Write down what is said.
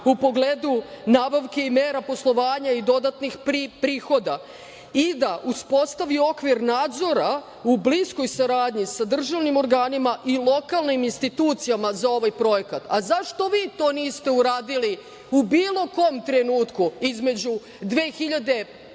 u pogledu nabavke i mera poslovanja i dodatnih prihoda i da uspostavi okvir nadzora u bliskoj saradnji sa državnim organima i lokalnim institucijama za ovaj projekat.Zašto vi to niste uradili u bilo kom trenutku između 2001.